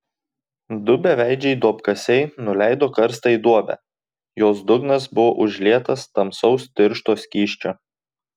du beveidžiai duobkasiai nuleido karstą į duobę jos dugnas buvo užlietas tamsaus tiršto skysčio